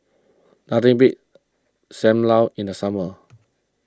nothing beats Sam Lau in the summer